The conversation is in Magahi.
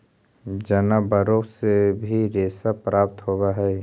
जनावारो से भी रेशा प्राप्त होवऽ हई